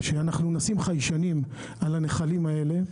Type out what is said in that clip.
נשים חיישנים על הנחלים האלה,